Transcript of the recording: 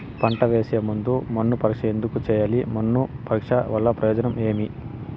పంట వేసే ముందు మన్ను పరీక్ష ఎందుకు చేయాలి? మన్ను పరీక్ష వల్ల ప్రయోజనం ఏమి?